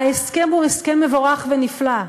ההסכם הוא הסכם מבורך ונפלא,